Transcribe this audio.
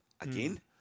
again